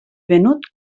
venut